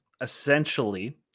essentially